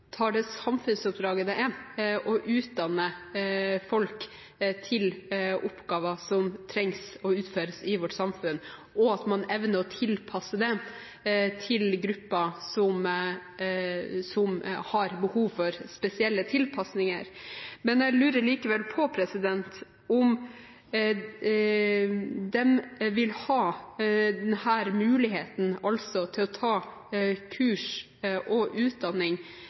å utdanne folk til oppgaver som trengs å utføres i vårt samfunn, og at man evner å tilpasse det til grupper som har behov for spesielle tilpasninger. Men jeg lurer likevel på om man vil ha muligheten til å ta kurs og utdanning